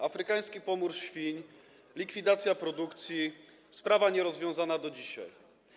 Afrykański pomór świń, likwidacja produkcji - sprawa nierozwiązana do dzisiaj.